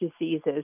diseases